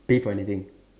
pay for anything